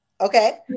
Okay